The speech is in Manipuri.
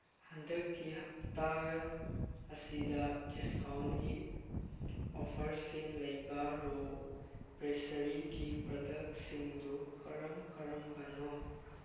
ꯍꯟꯗꯛꯀꯤ ꯍꯞꯇꯥ ꯑꯁꯤꯗ ꯗꯤꯁꯀꯥꯎꯟꯒꯤ ꯑꯣꯐꯔꯁꯤꯡ ꯂꯩꯕ ꯔꯣ ꯄ꯭ꯔꯦꯁꯔꯤꯒꯤ ꯄ꯭ꯔꯗꯛꯁꯤꯡꯗꯨ ꯀꯔꯝ ꯀꯔꯝꯕꯅꯣ